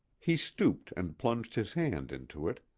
he stooped and plunged his hand into it.